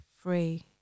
free